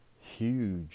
huge